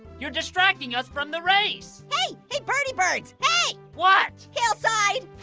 you're distracting us from the race. hey, hey birdy birds, hey! what? hillside.